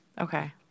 Okay